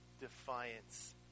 defiance